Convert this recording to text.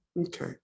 Okay